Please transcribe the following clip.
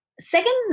Second